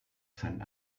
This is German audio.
san